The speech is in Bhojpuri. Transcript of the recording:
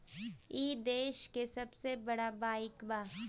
ई देस के सबसे बड़ बईक बा